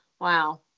Wow